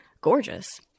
gorgeous